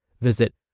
Visit